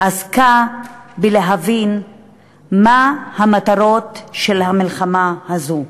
עסקה בלהבין מה המטרות של המלחמה הזאת,